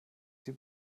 sie